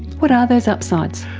what are those upsides?